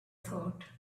thought